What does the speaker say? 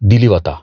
दिली वता